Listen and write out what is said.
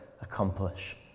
accomplish